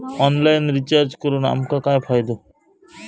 Online recharge करून आमका काय फायदो?